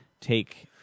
take